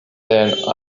then